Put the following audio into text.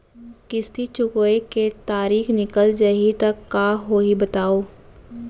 किस्ती चुकोय के तारीक निकल जाही त का होही बताव?